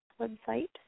website